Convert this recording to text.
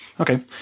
Okay